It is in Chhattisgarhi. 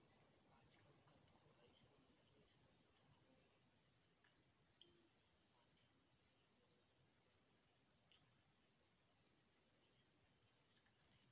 आजकल कतको अइसन बित्तीय संस्था होगे हवय जेखर मन के माधियम ले बरोबर कोनो भी मनखे मन ह अपन पइसा ल निवेस करथे